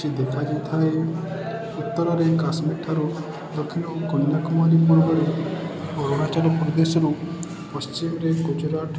କିଛି ଦେଖା ଯାଇଥାଏ ଉତ୍ତରରେ କାଶ୍ମୀର ଠାରୁ ଦକ୍ଷିଣ ଓ କନ୍ୟାକୁମାରୀ ପୂର୍ବରୁ ଅରୁଣାଚଳ ପ୍ରଦେଶରୁ ପଶ୍ଚିମରେ ଗୁଜୁରାଟ